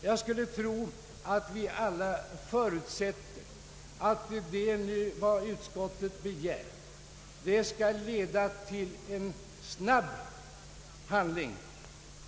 Jag skulle tro att vi alla förutsätter att vad utskottet begärt skall leda till en snabb handling.